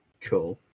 Cool